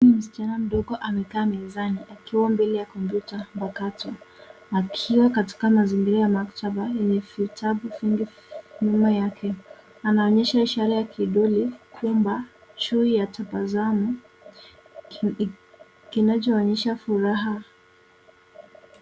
Huyu ni msichana mdogo amekaa mezani akiwa mbele ya kompyuta wakati akiwa katika mazingira ya maktaba hii. Vitabu vingi nyuma yake. Anonyesha ishara ya kidole kwamba chui ya tabasamu kinachoonyesha furaha.